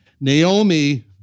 Naomi